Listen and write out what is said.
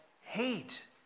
hate